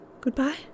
goodbye